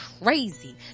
crazy